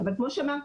אבל כמו שאמרתי,